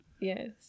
yes